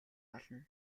болно